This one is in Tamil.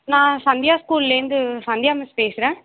நான் சந்தியா ஸ்கூல்லேருந்து சந்தியா மிஸ் பேசுகிறேன்